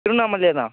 திருவண்ணாமலையே தான்